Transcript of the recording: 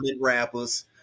rappers